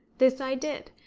this i did,